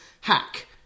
hack